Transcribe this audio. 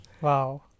Wow